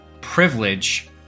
privilege